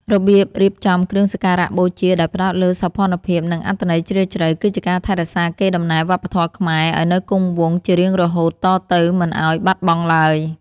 របៀបរៀបចំគ្រឿងសក្ការៈបូជាដោយផ្ដោតលើសោភ័ណភាពនិងអត្ថន័យជ្រាលជ្រៅគឺជាការថែរក្សាកេរដំណែលវប្បធម៌ខ្មែរឱ្យនៅគង់វង្សជារៀងរហូតតទៅមិនឱ្យបាត់បង់ឡើយ។